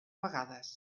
vegades